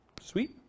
Sweet